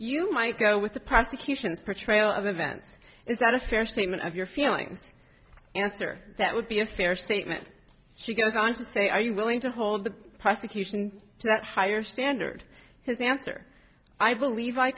you might go with the prosecution's portrayal of events is that a fair statement of your feelings to answer that would be a fair statement she goes on to say are you willing to hold the prosecution to that higher standard has the answer i believe i